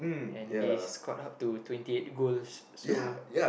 and he's scored up to twenty eight goals so